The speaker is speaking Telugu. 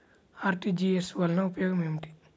అర్.టీ.జీ.ఎస్ వలన ఉపయోగం ఏమిటీ?